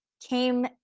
came